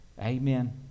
Amen